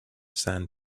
sand